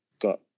got